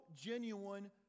genuine